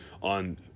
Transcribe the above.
on